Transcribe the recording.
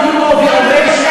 מה זה "שמה"?